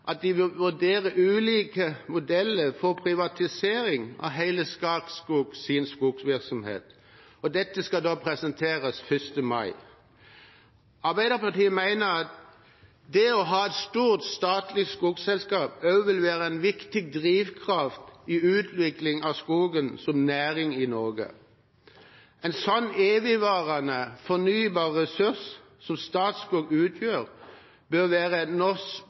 at de vil vurdere ulike modeller for privatisering av hele Statskogs skogvirksomhet – og dette skal presenteres innen 1. mars. Arbeiderpartiet mener at det å ha et stort statlig skogselskap også vil være en viktig drivkraft i utviklingen av skogen som næring i Norge. En slik evigvarende fornybar ressurs som Statskog utgjør, bør være